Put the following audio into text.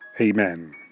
amen